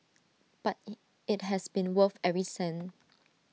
but IT has been worth every cent